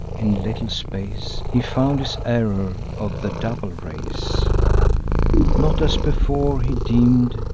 in little space he found his error of the double race not, as before he deem'd,